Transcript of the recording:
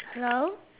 hello